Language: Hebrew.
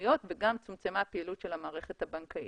לחנויות צומצמה הפעילות של המערכת הבנקאית.